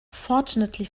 fortunately